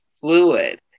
fluid